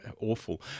awful